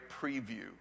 preview